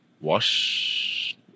Wash